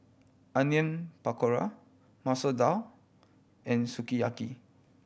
Onion Pakora Masoor Dal and Sukiyaki